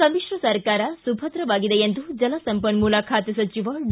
ಸಮಿಶ್ರ ಸರ್ಕಾರ ಸುಭದ್ರವಾಗಿದೆ ಎಂದು ಜಲಸಂಪನ್ನೂಲ ಖಾತೆ ಸಚಿವ ಡಿ